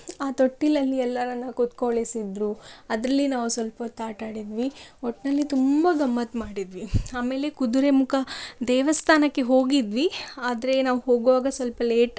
ಆ ತೊಟ್ಟಿಲಲ್ಲಿ ಎಲ್ಲಾರನ್ನು ಕುತ್ಕೊಳಿಸಿದರು ಅದರಲ್ಲಿ ನಾವು ಸ್ವಲ್ಪೊತ್ತು ಆಟಾಡಿದ್ವಿ ಒಟ್ನಲ್ಲಿ ತುಂಬ ಗಮ್ಮತ್ತು ಮಾಡಿದ್ವಿ ಆಮೇಲೆ ಕುದುರೆಮುಖ ದೇವಸ್ಥಾನಕ್ಕೆ ಹೋಗಿದ್ವಿ ಆದರೆ ನಾವು ಹೋಗುವಾಗ ಸ್ವಲ್ಪ ಲೇಟ್